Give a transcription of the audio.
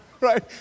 Right